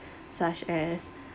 such as